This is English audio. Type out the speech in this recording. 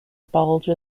bulge